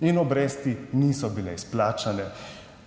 In obresti niso bile izplačane.